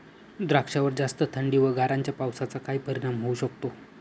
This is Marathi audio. द्राक्षावर जास्त थंडी व गारांच्या पावसाचा काय परिणाम होऊ शकतो?